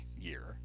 year